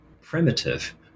primitive